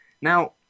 Now